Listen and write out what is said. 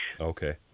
okay